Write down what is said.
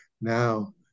now